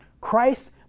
Christ